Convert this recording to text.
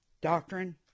doctrine